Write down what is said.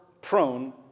prone